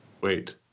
wait